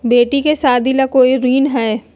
बेटी के सादी ला कोई ऋण हई?